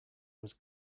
was